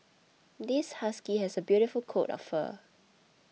this husky has a beautiful coat of fur